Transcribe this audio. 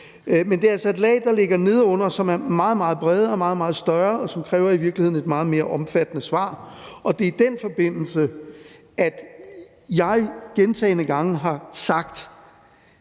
er altså et lag, der ligger nedenunder, som er meget, meget bredere og meget, meget større, og som i virkeligheden kræver et meget mere omfattende svar. Det er i den forbindelse, at jeg gentagne gange har sagt